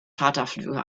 charterflüge